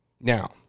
Now